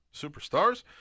superstars